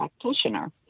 practitioner